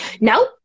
No